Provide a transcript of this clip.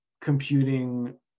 computing